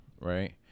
right